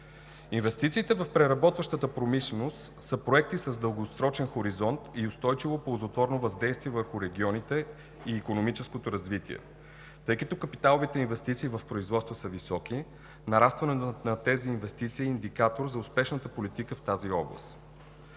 Инвестициите в преработващата промишленост са проекти с дългосрочен хоризонт и устойчиво ползотворно въздействие върху регионите и икономическото развитие. Тъй като капиталовите инвестиции в производства са високи, нарастването на тези инвестиции е индикатор за успешната политика в тази област.